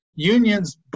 Unions